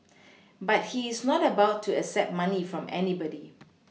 but he is not about to accept money from anybody